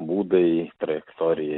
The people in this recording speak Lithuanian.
būdai trajektorija